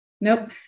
nope